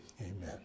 amen